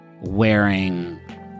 wearing